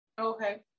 Okay